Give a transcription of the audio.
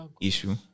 issue